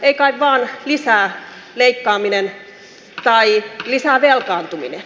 ei kai vaan lisää leikkaaminen tai lisää velkaantuminen